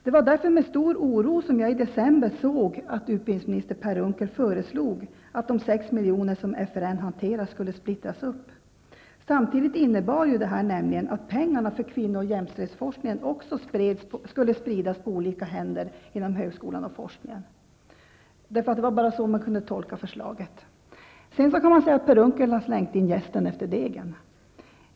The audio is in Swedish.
Det var därför med stor oro som jag i december såg att utbildningsminister Per Unckel föreslog att de 6 milj.kr. som FRN hanterar skulle splittras upp. Samtidigt innebär detta nämligen att pengarna för kvinno och jämställdhetsforskningen också skulle spridas på olika händer inom högskolan och forskningen. Det var bara så man kunde tolka förslaget. Man kan säga att Per Unckel har slängt in jästen efter degen.